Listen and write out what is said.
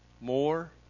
More